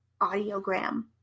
audiogram